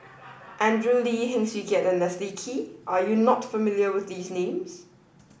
Andrew Lee Heng Swee Keat and Leslie Kee Are you not familiar with these names